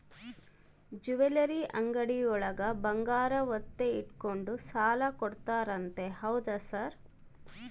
Jewellery ಅಂಗಡಿಯೊಳಗ ಬಂಗಾರ ಒತ್ತೆ ಇಟ್ಕೊಂಡು ಸಾಲ ಕೊಡ್ತಾರಂತೆ ಹೌದಾ ಸರ್?